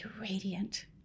radiant